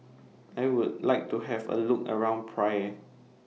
I Would like to Have A Look around Praia